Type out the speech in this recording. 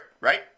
right